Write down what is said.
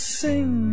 sing